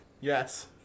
yes